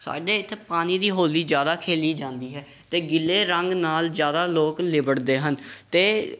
ਸਾਡੇ ਇੱਥੇ ਪਾਣੀ ਦੀ ਹੋਲੀ ਜ਼ਿਆਦਾ ਖੇਡੀ ਜਾਂਦੀ ਹੈ ਅਤੇ ਗਿੱਲੇ ਰੰਗ ਨਾਲ ਜ਼ਿਆਦਾ ਲੋਕ ਲਿਬੜਦੇ ਹਨ ਅਤੇ